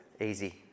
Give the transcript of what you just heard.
Easy